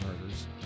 murders